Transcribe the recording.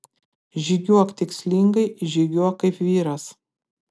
žygiuok tikslingai žygiuok kaip vyras